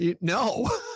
No